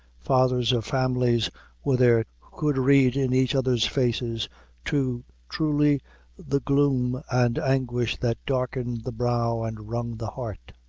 fathers of families were there, who could read in each other's faces too truly the gloom and anguish that darkened the brow and wrung the heart.